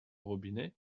robinet